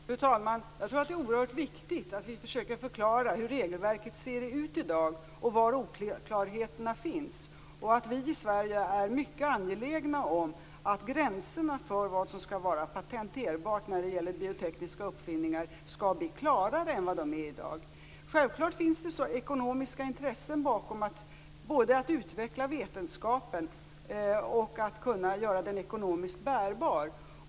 Fru talman! Jag tror att det är oerhört viktigt att vi försöker förklara hur regelverket ser ut i dag och var oklarheterna finns. Vi i Sverige är mycket angelägna om att gränserna för vad som skall vara patenterbart i fråga om biotekniska uppfinningar skall bli klarare än vad de är i dag. Självfallet finns det ekonomiska intressen bakom att utveckla vetenskapen och att göra den ekonomiskt bärbar.